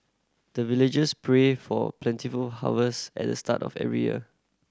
the villagers pray for plentiful harvest at the start of every year